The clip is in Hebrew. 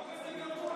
החוק הזה גרוע.